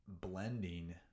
blending